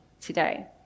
today